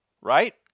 Right